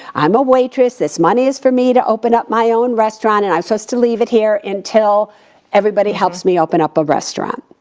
i'm a waitress, this money is for me to open up my own restaurant and i'm supposed to leave it here until everybody helps me open up a restaurant.